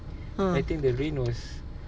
I think the rain was